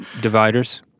dividers